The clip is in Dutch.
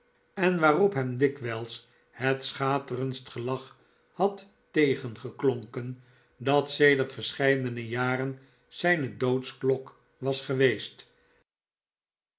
en waarop hem zoo dikwijls het schaterendst gelach had tegengeklonken dat sedert verscheiden jaren zijne doodsklok was geweest